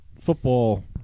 football